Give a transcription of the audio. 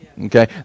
okay